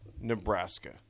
Nebraska